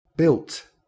Built